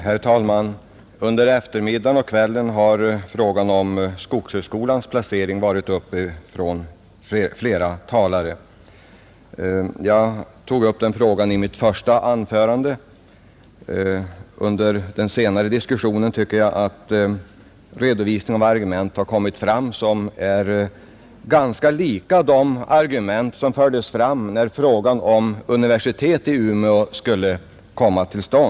Herr talman! Både på förmiddagen och under kvällens debatt har frågan om skogshögskolans placering tagits upp av flera talare. Jag tog upp samma fråga i mitt första anförande, Under den senare delen av diskussionen tycker jag att det har redovisats argument som är ganska lika de argument som fördes fram när vi diskuterade förläggandet av ett universitet till Umeå.